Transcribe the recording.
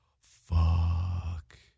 fuck